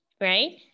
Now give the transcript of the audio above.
right